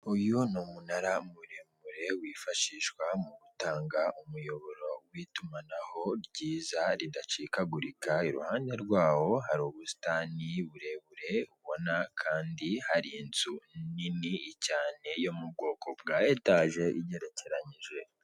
Uyu ni umunara muremure wifashishwa mugutanga umuyoboro w'itumanaho ryiza ridacikagurika, iruhande rwaho hari ubusitani burebure ubona, kandi hari inzu nini cyane yo mubwoko bwa etaje igerekeranyije.